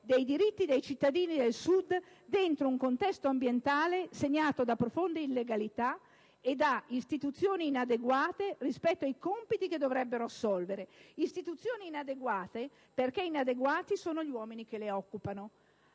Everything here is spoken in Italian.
dei diritti dei cittadini del Sud dentro un contesto ambientale segnato da profonde illegalità e da istituzioni inadeguate rispetto ai compiti che dovrebbero assolvere, istituzioni inadeguate perché inadeguati sono gli uomini che le occupano.